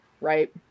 right